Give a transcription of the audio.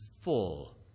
full